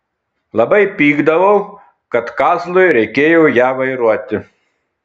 labai pykdavau kad kazlui reikėjo ją vairuoti